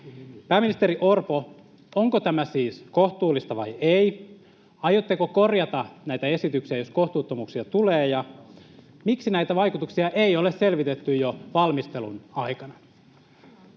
Pääministeri Orpo, onko tämä siis kohtuullista vai ei? Aiotteko korjata näitä esityksiä, jos kohtuuttomuuksia tulee, ja miksi näitä vaikutuksia ei ole selvitetty jo valmistelun aikana?